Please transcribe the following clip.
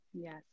Yes